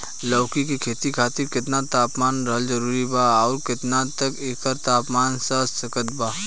लौकी के खेती खातिर केतना तापमान रहल जरूरी बा आउर केतना तक एकर तापमान सह सकत बा?